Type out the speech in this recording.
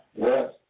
Yes